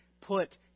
put